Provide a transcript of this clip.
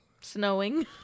Snowing